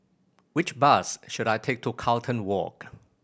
which bus should I take to Carlton Walk